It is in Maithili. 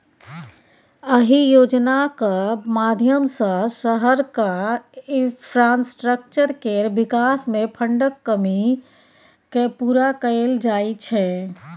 अहि योजनाक माध्यमसँ शहरक इंफ्रास्ट्रक्चर केर बिकास मे फंडक कमी केँ पुरा कएल जाइ छै